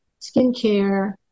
skincare